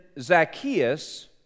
Zacchaeus